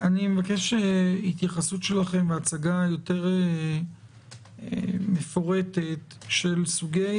אני מבקש התייחסות שלכם והצגה יותר מפורטת של סוגי